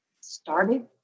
started